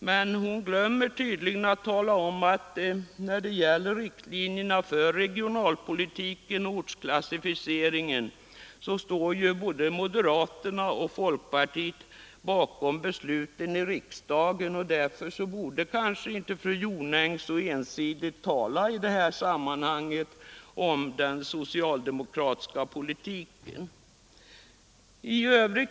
Fru Jonäng glömmer tydligen att när det gäller riktlinjerna för regionalpolitiken och ortsklassificeringen står både moderata samlingspartiet och folkpartiet bakom besluten i riksdagen. Därför borde kanske fru Jonäng inte så ensidigt tala om den ”socialdemokratiska” politiken i detta sammanhang.